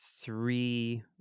three